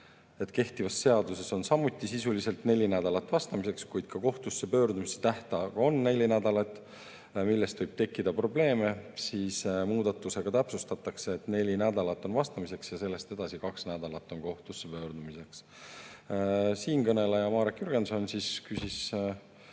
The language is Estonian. kehtivas seaduses on samuti sisuliselt neli nädalat vastamiseks, kuid ka kohtusse pöördumise tähtaeg on neli nädalat, millest võib tekkida probleeme. Muudatusega täpsustatakse, et neli nädalat on vastamiseks ja sellest edasi kaks nädalat on kohtusse pöördumiseks. Siinkõneleja Marek Jürgenson küsis